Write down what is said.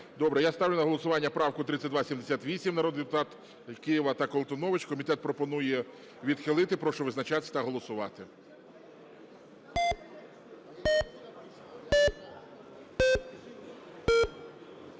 Добре. Я ставлю на голосування правку 3278, народний депутат Кива та Колтунович. Комітет пропонує відхилити. Прошу визначатись та голосувати.